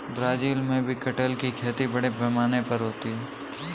Brazil में भी कटहल की खेती बड़े पैमाने पर होती है